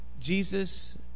Jesus